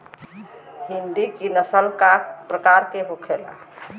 हिंदी की नस्ल का प्रकार के होखे ला?